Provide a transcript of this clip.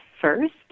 first